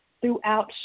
throughout